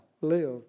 live